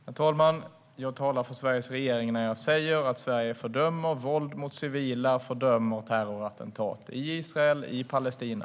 Herr talman! Jag talar för Sveriges regering när jag säger att Sverige fördömer våld mot civila och fördömer terrorattentat i Israel och i Palestina.